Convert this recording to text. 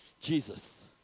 Jesus